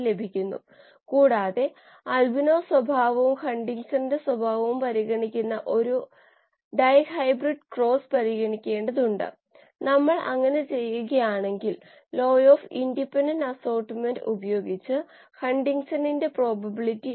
ഇലക്ട്രോണുകളുടെ എണ്ണം ആവശ്യമാണ് Γs a 33 b yx Γx yp Γp c d 0 S x p എന്നീ സബ്സ്ക്രിപ്റ്റുകൾ യഥാക്രമം സബ്സ്ട്രേറ്റ് കോശങ്ങൾ ഉൽപ്പന്നം എന്നിവയെ സൂചിപ്പിക്കുന്നു